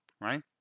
right